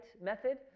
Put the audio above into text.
method